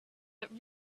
but